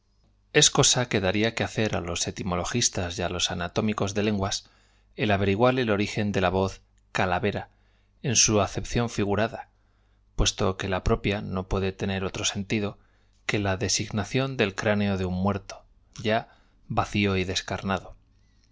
es cosa que darla que hacer á los etimologisobservo que no llegas á hablar á las m u tas y á los anatómicos de lenguas el averiguar el jeres origen de la voz calavera e n su acepción figu hablar í las mujeres en madrid como en rada puesto que la propia no puede tener otro general no se sabe hablar de nada sino de in sentido que la designación del cráneo de un trigas amorosas c o m o no se habla de artes de muerto ya vacío y descarnado